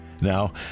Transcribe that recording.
Now